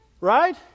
Right